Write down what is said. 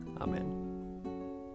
Amen